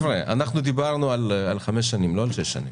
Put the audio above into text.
אנחנו דיברנו על חמש שנים ולא על שש שנים.